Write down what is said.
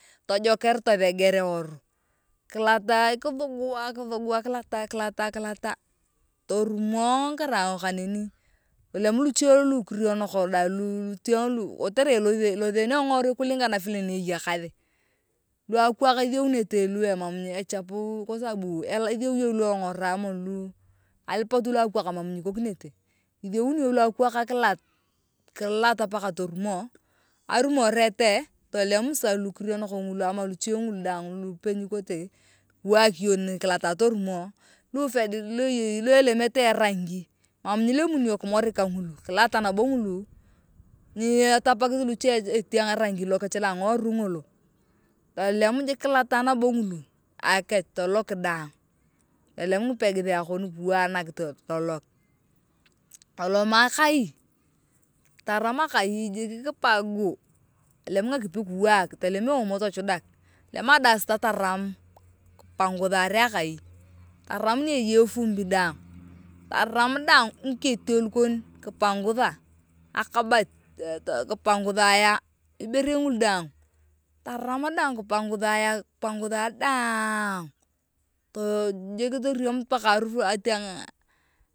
Tojeker totheger eoro kilata kithugua kithugua kilata kilata torumo karai kaneni tolem luche lu kirionok dae kotere elotheneo ngiworui kulingana vile neyekathi lu akwaar itheunete lu emam echapu kwa sababu itheu iyong luongora ngulu apotu lokwaak mam nyikokinete itheuni iyong mono lokwaak kilota kilot tup aka torumo arumoret eeee tolem sasa lukirioriok ngulu ama luche ngulu dae lupe nyikoti kori lu fade ngate mam nyilemuni iyong kimoriki ka ngulu nyi etapakathi luche iteang erangi lokech loangiworui ngolo tolem jik kilata nabo ngulu akech tolok daang tolem ngipegithea kon kiwaak tolok totoma kai taram akai jik kipagu tolengakipi kiwaak tolem eomo tuchadak tolem adasta toram kipangutha rae akai taram ni eyei efumbi daang taram daang ngiketio lukon kipangatha akabati kipangathae ngiberei ngulu daan taram daang kipanguthae daang tuojik torem mpaka harufu etiang.